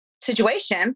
situation